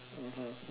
mmhmm